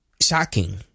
shocking